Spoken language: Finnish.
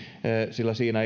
sillä siinä